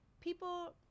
people